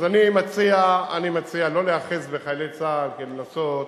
אז אני מציע לא להיאחז בחיילי צה"ל כדי לנסות,